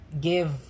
give